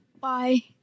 Bye